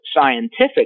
scientific